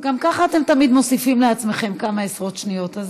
גם ככה אתם תמיד מוסיפים לעצמכם כמה עשרות שניות,